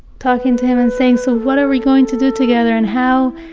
talking to him, and saying, so what are we going to do together? and how,